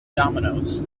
dominoes